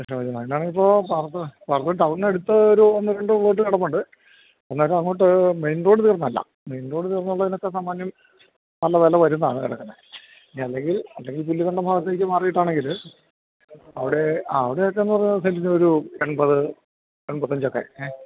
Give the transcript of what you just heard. just നോക്കാനാണ് ഞങ്ങൾ ഇപ്പോൾ കറക്റ്റ് ടൗൺ ടൗണിനടുത്ത് ഒരു ഒന്ന് രണ്ട് വീട് കിടപ്പുണ്ട് അന്നേരം അങ്ങോട്ട് മെയിൻ റോഡിലൊന്നും അല്ല മെയിൻ റോഡിനു ചേർന്നുള്ളതിനൊക്കെ സാമാന്യം നല്ല വില വരുന്നതാണ് കിടക്കുന്നത് ഇനി അല്ലെങ്കിൽ അല്ലെങ്കിൽ പുല്ലുകണ്ടം ഭാഗത്തേക്ക് മാറിയിട്ടാണെങ്കിൽ അവിടെ ആ അവിടെയൊക്കെ എന്നു പറഞ്ഞാൽ സെൻറ്റിനൊരു എൺപത് എൺപത്തി അഞ്ചൊക്കെ ഏ